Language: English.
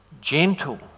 gentle